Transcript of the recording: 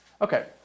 Okay